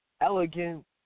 elegant